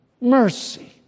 Mercy